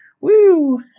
woo